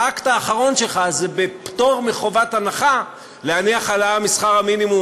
שהאקט האחרון שלך הוא בפטור מחובת הנחה של העלאה בשכר המינימום,